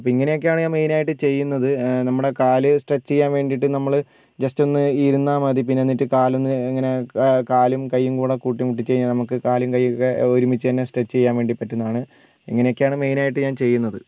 അപ്പോൾ ഇങ്ങനെയൊക്കെയാണ് ഞാൻ മെയിൻ ആയിട്ട് ചെയ്യുന്നത് നമ്മുടെ കാൽ സ്ട്രെച്ച് ചെയ്യാൻ വേണ്ടിയിട്ട് നമ്മൾ ജസ്റ്റ് ഒന്ന് ഇരുന്നാൽ മതി പിന്നെ എന്നിട്ട് കാലൊന്ന് ഇങ്ങനെ കാലും കൈയ്യും കൂടെ കൂട്ടിമുട്ടിച്ചുകഴിഞ്ഞാൽ നമുക്ക് കാലും കൈയ്യൊക്കെ ഒരുമിച്ച് തന്നെ സ്ട്രെച്ച് ചെയ്യാൻ വേണ്ടി പറ്റുന്നതാണ് ഇങ്ങനെയൊക്കെയാണ് മെയിൻ ആയിട്ട് ഞാൻ ചെയ്യുന്നത്